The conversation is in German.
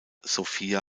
sophia